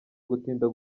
gutinda